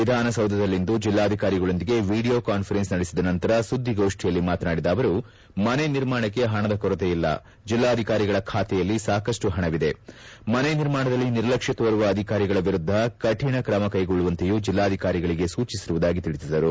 ವಿಧಾನಸೌಧದಲ್ಲಿಂದು ಜೆಲ್ಲಾಧಿಕಾರಿಗಕೊಂದಿಗೆ video conference ನಡೆಸಿದ ನಂತರ ಸುದ್ದಿಗೋಷ್ಠಿಯಲ್ಲಿ ಮಾತನಾಡಿದ ಆವರು ಮನೆ ನಿರ್ಮಾಣಕ್ಕೆ ಪಣದ ಕೊರತೆಯಿಲ್ಲ ಜಿಲ್ಲಾಧಿಕಾರಿಗಳ ಬಾತೆಯಲ್ಲಿ ಸಾಕಷ್ಟು ಪಣವಿದೆ ಮನೆ ನಿರ್ಮಾಣದಲ್ಲಿ ನಿರ್ಲಕ್ಷ್ಯ ತೋರುವ ಅಧಿಕಾರಿಗಳ ವಿರುದ್ಧ ಕಠಿಣ ಕ್ರಮ ಕೈಗೊಳ್ಳುವಂತೆಯೂ ಜಿಲ್ಲಾಧಿಕಾರಿಗಳಿಗೆ ಸೂಚಿಸಿರುವುದಾಗಿ ಹೇಳಿದರು